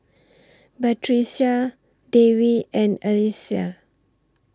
Batrisya Dewi and Alyssa